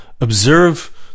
Observe